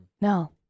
No